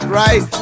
right